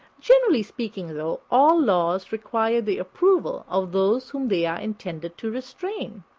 generally speaking, though, all laws require the approval of those whom they are intended to restrain.